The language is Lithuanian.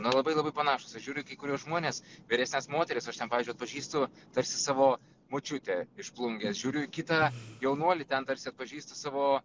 na labai labai panašūs aš žiūriu į kai kuriuos žmones vyresnes moteris aš ten pavyzdžiui atpažįstu tarsi savo močiutę iš plungės žiūriu į kitą jaunuolį ten tarsi atpažįstu savo